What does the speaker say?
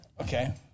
okay